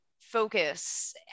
focus